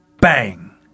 Bang